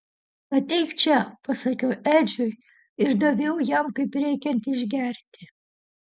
ateik čia pasakiau edžiui ir daviau jam kaip reikiant išgerti